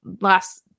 last